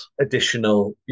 additional